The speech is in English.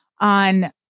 on